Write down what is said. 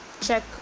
check